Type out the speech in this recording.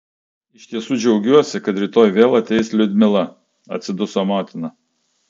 iš tiesų džiaugiuosi kad rytoj vėl ateis liudmila atsiduso motina